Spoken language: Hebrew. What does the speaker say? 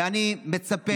ואני מצפה,